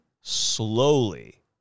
slowly